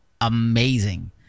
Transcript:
amazing